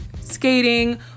skating